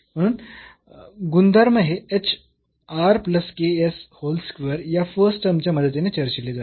म्हणून गुणधर्म हे या फर्स्ट टर्म च्या मदतीने चर्चिले जातील